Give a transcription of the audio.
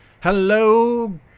Hello